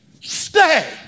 stay